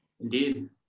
indeed